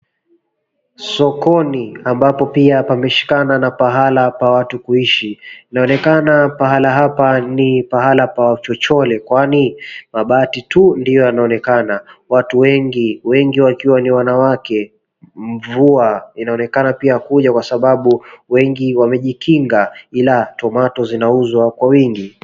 Sokoni ambapo pia pameshikana na pahala pa watu kuishi. Inaonekana pahala hapa ni pahala pa wachochole kwani mabati tu ndio yanayo onekana. Watu wengi wakiwa ni wanawake, mvua inaonekana kuja kwa sababu wengi wamejikinga ila tomato zinauzwa kwa wingi.